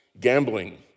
gambling